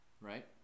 right